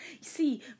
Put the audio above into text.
see